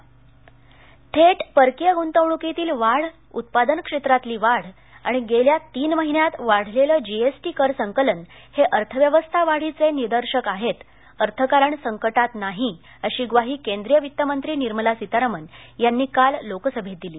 अर्थमंत्री थेट परकीय गुंतवणुकीतील वाढ उत्पादन क्षेत्रातली वाढ आणि गेल्या तीन महिन्यात वाढलेलं जीएसटी कर संकलन हे अर्थव्यवस्था वाढीचे निदर्शक आहेत अर्थकारण संकटात नाही अशी ग्वाही केंद्रीय वित्त मंत्री निर्मला सीतारामन यांनी काल लोकसभेत दिली